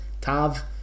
Tav